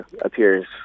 appears